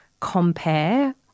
compare